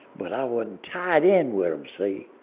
but i wasn't tied in with them, see?